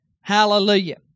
Hallelujah